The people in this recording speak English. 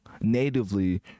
natively